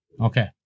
Okay